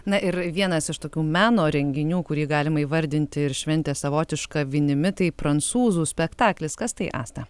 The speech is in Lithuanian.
na ir vienas iš tokių meno renginių kurį galima įvardinti ir šventės savotiška vinimi tai prancūzų spektaklis kas tai asta